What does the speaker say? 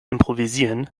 improvisieren